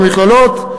מהמכללות,